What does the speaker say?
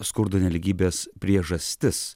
skurdo nelygybės priežastis